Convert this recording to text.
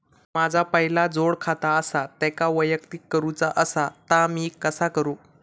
माझा पहिला जोडखाता आसा त्याका वैयक्तिक करूचा असा ता मी कसा करू?